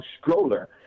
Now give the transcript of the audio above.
stroller